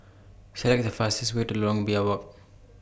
Select The fastest Way to Lorong Biawak